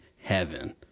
heaven